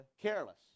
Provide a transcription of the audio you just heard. Careless